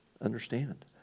understand